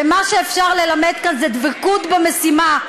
ומה שאפשר ללמד כאן זה דבקות במשימה,